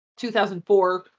2004